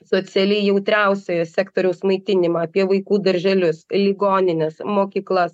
socialiai jautriausią sektoriaus maitinimą apie vaikų darželius ligonines mokyklas